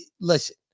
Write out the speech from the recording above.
Listen